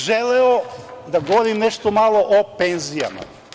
Ja bih želeo da govorim nešto malo o penzijama.